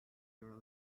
your